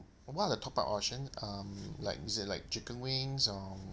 what are the top up option um like is it like chicken wings um